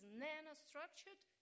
nanostructured